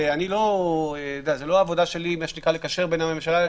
זו לא עבודה שלי לקשר בין הממשלה לכנסת.